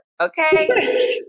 okay